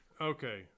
Okay